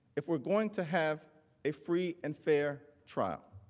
if we are going to have a free and fair trial,